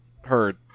heard